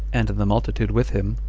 and the multitude with him,